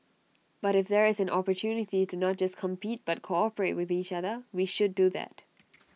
but if there is an opportunity to not just compete but cooperate with each other we should do that